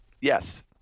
Yes